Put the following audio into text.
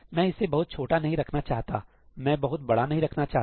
मैं इसे बहुत छोटा नहीं रखना चाहता मैं बहुत बड़ा नहीं रखना चाहता